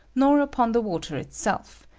nor upon the water itself,